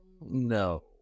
No